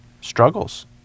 struggles